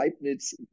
Leibniz